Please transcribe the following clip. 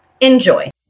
Enjoy